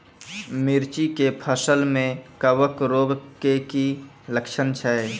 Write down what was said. मिर्ची के फसल मे कवक रोग के की लक्छण छै?